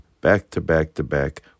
back-to-back-to-back